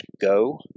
go